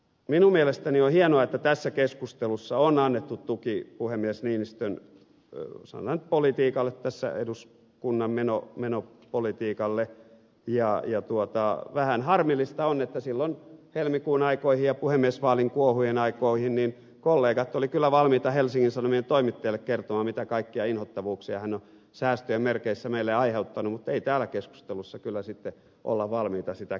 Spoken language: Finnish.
minun mielestäni on hienoa että tässä keskustelussa on annettu tuki puhemies niinistön sanotaan nyt politiikalle tässä edus punnan menoa meno eduskunnan menopolitiikalle ja vähän harmillista on että silloin helmikuun aikoihin ja puhemiesvaalin kuohujen aikoihin kollegat olivat kyllä valmiita helsingin sanomien toimittajalle kertomaan mitä kaikkia inhottavuuksia hän on säästöjen merkeissä meille aiheuttanut mutta ei täällä keskustelussa kyllä sitten olla valmiita sitä kertomaan